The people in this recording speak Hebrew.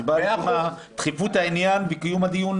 הסיבה הראשונה היא דחיפות העניין וקיום הדיון